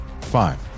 Five